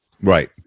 Right